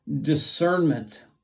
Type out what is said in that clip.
discernment